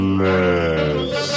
less